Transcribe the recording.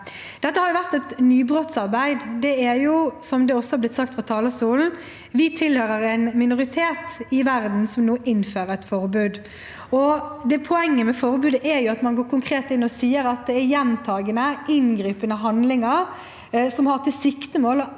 Dette har vært et nybrottsarbeid. Som det også er blitt sagt fra talerstolen, tilhører vi en minoritet i verden som nå innfører et forbud. Poenget med forbudet er at man konkret går inn og sier at det er gjentagende, inngripende handlinger som har til siktemål